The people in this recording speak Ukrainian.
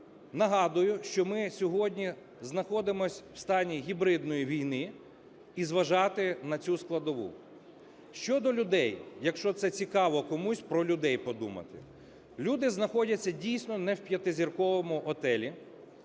нагадую, що ми сьогодні знаходимось в стані гібридної війни, і зважати на цю складову. Щодо людей, якщо це цікаво комусь, про людей подумати. Люди знаходяться, дійсно, не в 5-зірковому готелі.